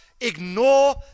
ignore